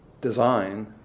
design